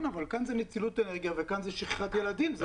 כן אבל כאן זה נצילות אנרגיה וכאן זה שכחת ילדים.